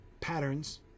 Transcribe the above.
patterns